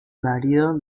marido